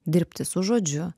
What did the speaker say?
dirbti su žodžiu